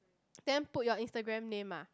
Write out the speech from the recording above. then put your Instagram name ah